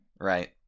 Right